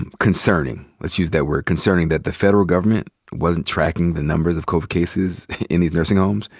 and concerning. let's use that word, concerning that the federal government wasn't tracking the numbers of covid cases in these nursing homes.